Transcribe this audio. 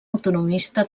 autonomista